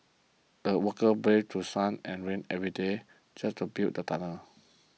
the workers braved through sun and rain every day just to build the tunnel